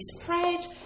spread